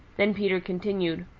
then peter continued,